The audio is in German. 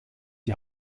die